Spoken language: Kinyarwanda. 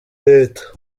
leta